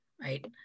right